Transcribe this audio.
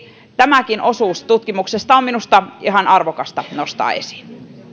tämäkin osuus tutkimuksesta on minusta ihan arvokasta nostaa esiin